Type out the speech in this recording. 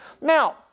Now